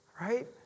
Right